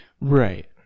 Right